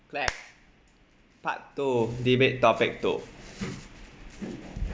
clap part two debate topic two